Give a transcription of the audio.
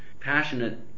passionate